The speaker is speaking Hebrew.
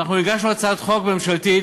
הגשנו הצעת חוק ממשלתית,